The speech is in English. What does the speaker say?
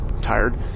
Tired